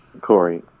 Corey